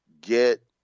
Get